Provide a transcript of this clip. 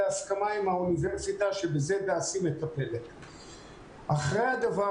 בהסכמה עם האוניברסיטה --- אחרי הדבר